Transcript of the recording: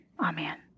amen